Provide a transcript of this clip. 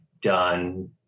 done